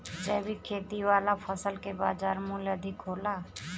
जैविक खेती वाला फसल के बाजार मूल्य अधिक होला